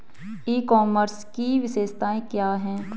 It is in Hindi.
ई कॉमर्स की विशेषताएं क्या हैं?